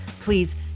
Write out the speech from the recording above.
please